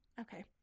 Okay